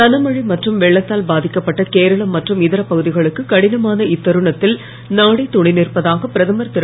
கனமழை மற்றும் வெள்ளத்தால் பாதிக்கப்பட்ட கேரளம் மற்றும் இதர பகுதிகளுக்கு கடினமான இத்தருணத்தில் நாடே துணை நிற்பதாக பிரதமர் திரு